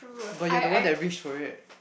but you're the one that reach for it